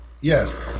Yes